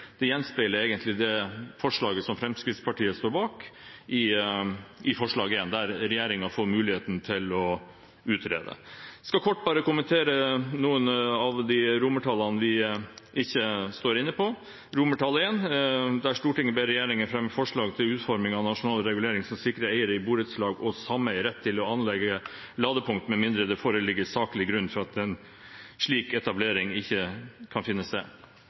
gjenspeiler egentlig det som Fremskrittspartiet står bak i forslag nr. 1, der man ber regjeringen utrede. Jeg skal kort bare kommentere noen av de romertallene vi ikke støtter. Først I, som lyder: «Stortinget ber regjeringen fremme forslag til utforming av nasjonal regulering som sikrer eiere i borettslag og sameier rett til å anlegge ladepunkt – med mindre det foreligger saklig grunn for at en slik etablering ikke kan finne sted.»